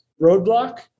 roadblock